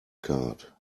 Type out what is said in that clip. card